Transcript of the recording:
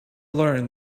learn